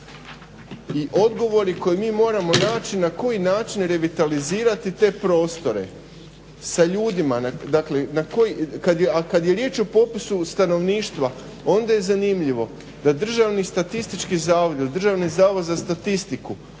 i odgovori koje mi moramo naći na koji način revitalizirati te prostore sa ljudima, dakle na koji, kad je riječ o popisu stanovništva onda je zanimljivo da državni statistički zavodi, Državni zavod za statistiku